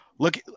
look